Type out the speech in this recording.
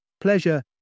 Pleasure